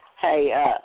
Hey